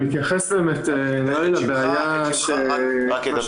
אני אתייחס לסוגיה שציינת כדחופה ואני אגיד